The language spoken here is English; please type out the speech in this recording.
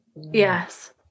Yes